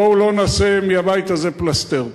בואו לא נעשה מהבית הזה פלסתר.